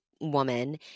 woman